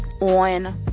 on